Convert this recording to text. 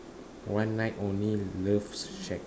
one night only love shack